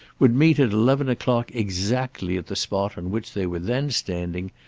would meet at eleven o'clock exactly at the spot on which they were then standing,